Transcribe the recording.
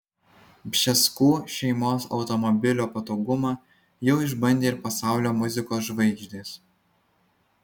bžeskų šeimos automobilio patogumą jau išbandė ir pasaulio muzikos žvaigždės